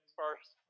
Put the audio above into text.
first